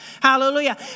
Hallelujah